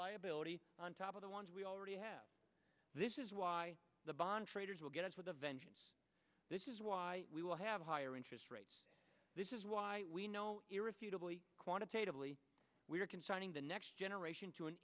liability on top of the ones we already have this is why the bond traders will get us with a vengeance this is why we will have higher interest rates this is why we know irrefutably quantitatively we are consigning the next generation t